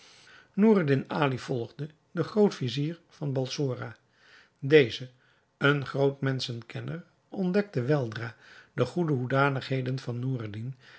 noureddin ali volgde den groot-vizier van balsora deze een groot menschenkenner ontdekte weldra de goede hoedanigheden van